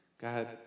God